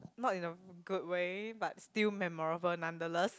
not in a good way but still memorable nonetheless